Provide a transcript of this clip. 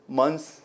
months